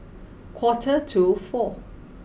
quarter to four